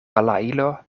balailo